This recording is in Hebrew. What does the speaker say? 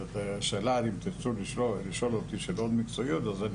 ואם תרצו לשאול אותי שאלות מקצועיות אז אני